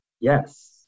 yes